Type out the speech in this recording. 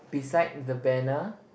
beside the banner